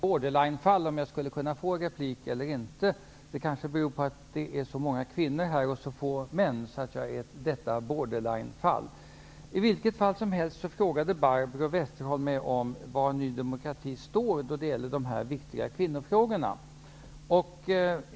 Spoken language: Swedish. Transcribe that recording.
Herr talman! Jag tackar talmannen för detta. Det konstaterades att jag var ett borderlinefall -- det var tveksamt om jag skulle kunna få en replik. Det kanske är det faktum att det är så många kvinnor och så få män här som gör mig till detta borderlinefall. Barbro Westerholm frågade mig var Ny demokrati står då det gäller de här viktiga kvinnofrågorna.